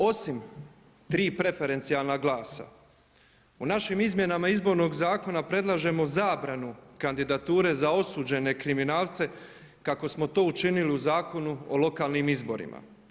Osim 3 preferencijalna glasa u našim izmjenama Izbornog zakona predlažemo zabranu kandidature za osuđene kriminalce kako smo to učinili u Zakonu o lokalnim izborima.